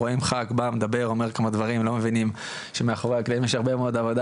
לא מבינים שמאחורי הקלעים יש הרבה מאוד עבודה